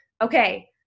Okay